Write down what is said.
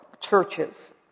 churches